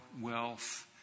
wealth